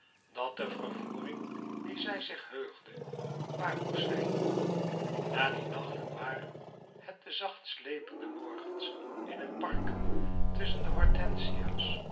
dat de vervoering die zij zich heugde waar moest zijn na die nachten waren het de zacht sleepende morgens in het park tusschen de